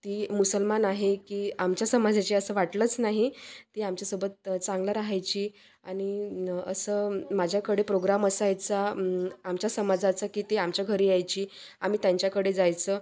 ती मुसलमान आहे की आमच्या समाजाची असं वाटलंच नाही ती आमच्यासोबत चांगलं राहायची आणि न असं माझ्याकडे प्रोग्राम असायचा आमच्या समाजाचा की ती आमच्या घरी यायची आम्ही त्यांच्याकडे जायचो